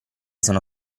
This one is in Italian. sono